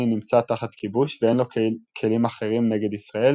נמצא תחת כיבוש ואין לו כלים אחרים נגד ישראל,